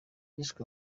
hishwe